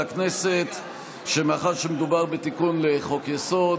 הכנסת שמאחר שמדובר בתיקון לחוק-יסוד: